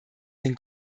den